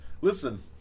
Listen